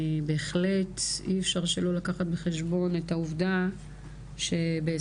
אי אפשר שלא לקחת בחשבון את העובדה שבעשרות